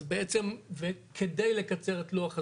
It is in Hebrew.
אז בעצם, על מנת לקצר את לוח הזמנים,